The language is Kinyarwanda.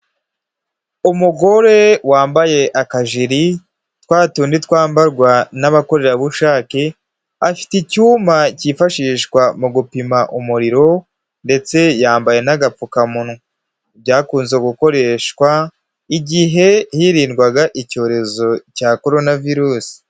Umugore wambaye akajiri twa tundi twambarwa n'abakorerabushake afite icyuma cyifashishwa mu gupima umuriro, ndetse yambaye n'agapfukamunwa. Byakunze gukoreshwa igihe hirindwaga icyorezo cya korona virusi.